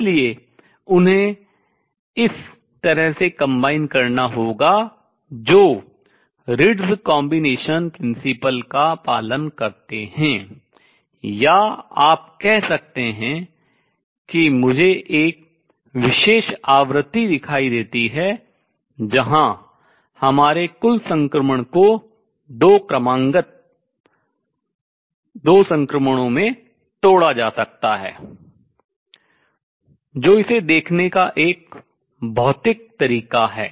इसलिए उन्हें इस तरह से combine संयोजित करना होगा जो Ritz combination principle रिट्ज संयोजन सिद्धांत का पालन करता है या आप कह सकते हैं कि मुझे एक विशेष आवृत्ति दिखाई देती है जहां हमारे कुल संक्रमण को दो क्रमागत संक्रमणों में तोड़ा जा सकता है जो इसे देखने का एक भौतिक तरीका है